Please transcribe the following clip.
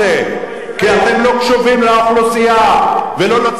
כי אתם לא קשובים לאוכלוסייה ולא לצרות של האנשים.